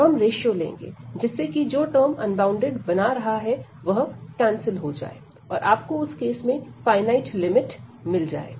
अब हम रेश्यो लेंगे जिससे कि जो टर्म अनबॉउंडेड बना रहा है वह कैंसिल हो जाए और आपको उस केस में फाइनाइट लिमिट मिल जाए